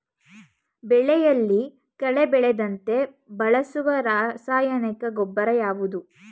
ಬೆಳೆಯಲ್ಲಿ ಕಳೆ ಬೆಳೆಯದಂತೆ ಬಳಸುವ ರಾಸಾಯನಿಕ ಗೊಬ್ಬರ ಯಾವುದು?